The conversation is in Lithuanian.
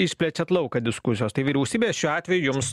išplečiat lauką diskusijos tai vyriausybė šiuo atveju jums